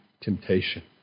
temptation